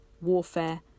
warfare